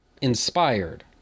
inspired